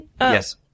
Yes